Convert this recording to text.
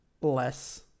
Less